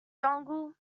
dongle